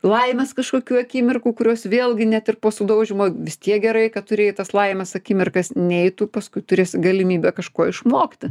laimės kažkokių akimirkų kurios vėlgi net ir po sudaužymo vis tiek gerai kad turėjai tas laimės akimirkas nei tu paskui turėsi galimybę kažko išmokti